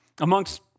amongst